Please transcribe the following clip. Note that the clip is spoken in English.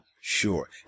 Sure